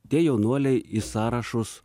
tie jaunuoliai į sąrašus